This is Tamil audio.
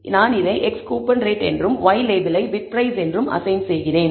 எனவே நான் x லேபிளை "கூப்பன் ரேட்" என்றும் y லேபிளை "பிட் பிரைஸ்" என்றும் அஸைன் செய்கிறேன்